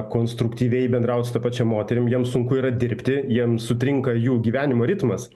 konstruktyviai bendraut su ta pačia moterim jiems sunku yra dirbti jiem sutrinka jų gyvenimo ritmas